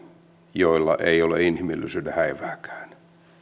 joilla ei ole inhimillisyyden häivääkään